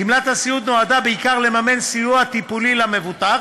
גמלת הסיעוד נועדה בעיקר לממן סיוע טיפולי למבוטח,